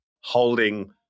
holding